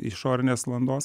išorinės landos